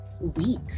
weak